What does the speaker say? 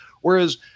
whereas